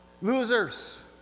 losers